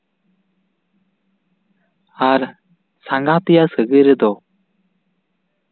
ᱟᱨ ᱥᱟᱸᱜᱟᱛᱮᱭᱟ ᱥᱟᱹᱜᱟᱹᱭ ᱨᱮᱫᱚ